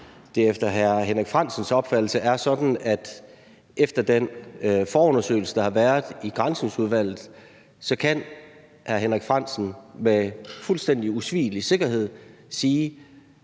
det efter hr. Henrik Frandsens opfattelse er sådan, at efter den forundersøgelse, der har været i Granskningsudvalget, kan hr. Henrik Frandsen med fuldstændig usvigelig sikkerhed sige,